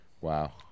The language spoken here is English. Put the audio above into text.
Wow